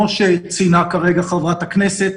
כמו שציינה כרגע חברת הכנסת.